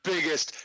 Biggest